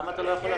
למה?